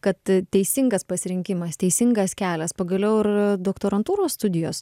kad teisingas pasirinkimas teisingas kelias pagaliau ir doktorantūros studijos